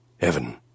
heaven